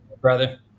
Brother